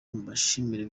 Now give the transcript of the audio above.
mbashimire